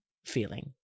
feeling